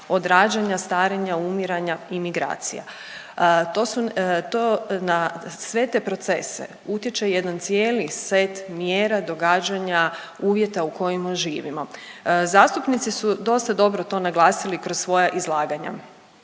od rađanja, starenja, umiranja, imigracija. To su, to, na sve te procese utječe jedan cijeli set mjera, događanja, uvjeta u kojima živimo. Zastupnici su dosta dobro to naglasili kroz svoja izlaganja,